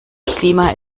klima